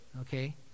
okay